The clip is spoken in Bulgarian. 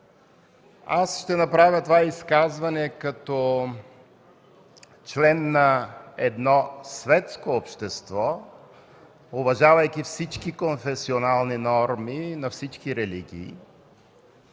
ще направя това изказване като член на едно светско общество, уважавайки всички конфесионални норми на всички религии.